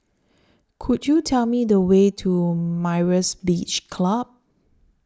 Could YOU Tell Me The Way to Myra's Beach Club